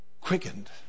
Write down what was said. Quickened